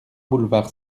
boulevard